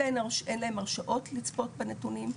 להם הרשאות לצפות בנתונים,